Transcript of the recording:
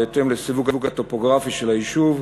בהתאם לסיווג הטופוגרפי של היישוב,